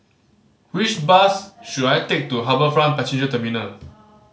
which bus should I take to HarbourFront Passenger Terminal